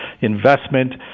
investment